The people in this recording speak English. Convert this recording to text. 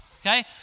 Okay